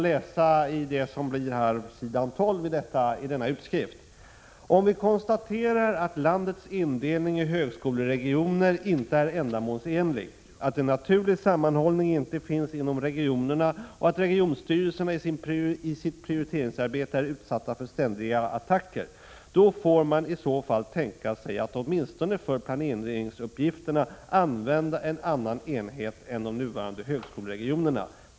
12i denna utskrift kan man läsa: ”Om vi konstaterar att landets indelning i högskoleregioner inte är ändamålsenlig, att en naturlig sammanhållning inte finns inom regionerna och att regionstyrelserna i sitt prioriteringsarbete är utsatta för ständiga attacker, då får man i så fall tänka sig att åtminstone för planeringsuppgifterna använda en annan enhet än de nuvarande högskoleregionerna.